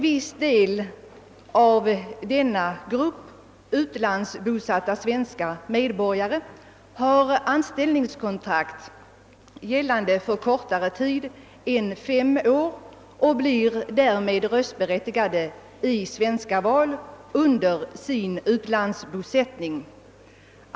Vissa inom denna grupp utlandsbosatta svenska medborgare har anställningskontrakt, gällande för kor tare tid än fem år, och blir därmed röstberättigade i svenska val under sin utlandsbosättning.